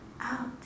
Out